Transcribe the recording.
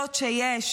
גדולות שיש,